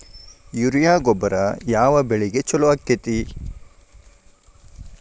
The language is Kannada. ಯೂರಿಯಾ ಗೊಬ್ಬರ ಯಾವ ಬೆಳಿಗೆ ಛಲೋ ಆಕ್ಕೆತಿ?